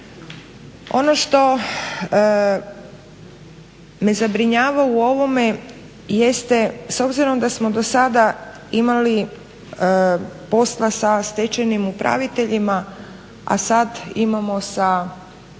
Ono što me zabrinjava me u ovome jeste s obzirom da smo do sada imali posla sa stečajnim upraviteljima, a sad imamo sa